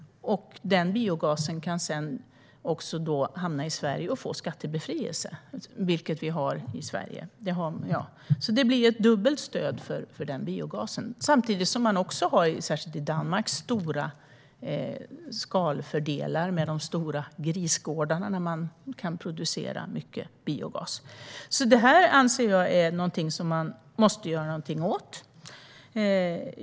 Den biogasen kan sedan också hamna i Sverige och få skattebefrielse, vilket vi har här. Så det blir ett dubbelt stöd för den biogasen, samtidigt som man också, särskilt i Danmark, har skalfördelar med de stora grisgårdarna, där man kan producera mycket biogas. Detta måste man, anser jag, göra något åt.